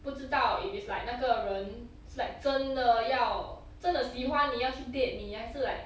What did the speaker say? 不知道 if it's like 那个人是 like 真的要真的喜欢你要去 date 你还是 like